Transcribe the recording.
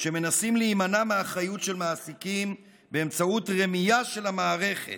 שמנסים להימנע מאחריות של מעסיקים באמצעות רמייה של המערכת,